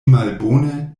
malbone